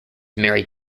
married